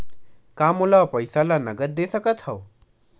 का मोला पईसा ला नगद दे सकत हव?